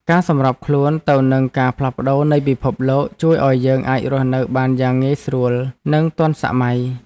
ការសម្របខ្លួនទៅនឹងការផ្លាស់ប្តូរនៃពិភពលោក ជួយឱ្យយើងអាចរស់នៅបានយ៉ាងងាយស្រួលនិងទាន់សម័យ។